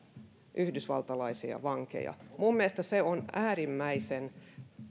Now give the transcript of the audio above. yhdysvaltalaisia vankeja minun mielestäni se on äärimmäisen